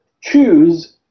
choose